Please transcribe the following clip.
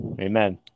Amen